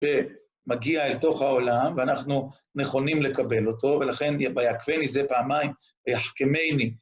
שמגיע אל תוך העולם, ואנחנו נכונים לקבל אותו, ולכן ויעקבני זה פעמיים, ויחכמני.